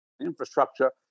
infrastructure